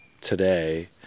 today